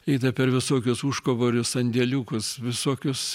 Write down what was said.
eita per visokius užkaborius sandėliukus visokius